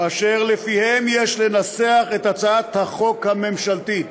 אשר לפיהם יש לנסח את הצעת החוק הממשלתית.